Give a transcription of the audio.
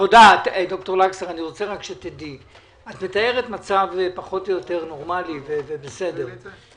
את מתארת מצב פחות או יותר נורמאלי ובסדר.